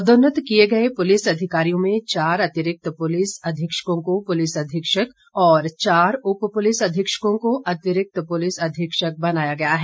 पदोन्नत किए गए पुलिस अधिकारियों में चार अतिरिक्त पुलिस अधीक्षकों को पुलिस अधीक्षक और चार उप पुलिस अधीक्षकों को अतिरक्त पुलिस अधीक्षक बनाया गया है